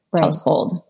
household